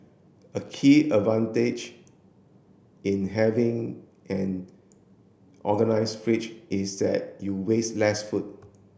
a key advantage in having an organised fridge is that you waste less food